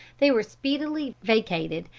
they were speedily vacated,